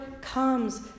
comes